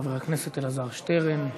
חבר הכנסת אלעזר שטרן.